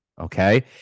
Okay